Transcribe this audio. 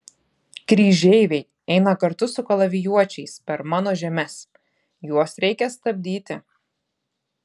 kryžeiviai eina kartu su kalavijuočiais per mano žemes juos reikia stabdyti